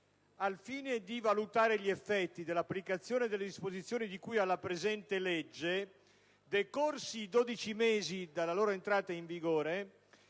«Al fine di valutare gli effetti dell'applicazione delle disposizioni di cui alla presente legge, decorsi dodici mesi dalla loro entrata in vigore,